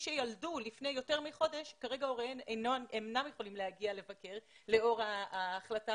שילדו לפני יותר מחודש כרגע הוריהן אינם יכולים להגיע לבקר לאור ההחלטה